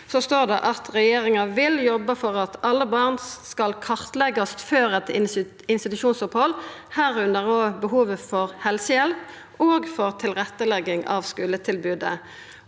regjeringa vil jobba for at alle barn skal kartleggjast før eit institusjonsopphald, òg behovet for helsehjelp og for tilrettelegging av skuletilbodet.